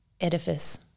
Edifice